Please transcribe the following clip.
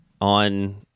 on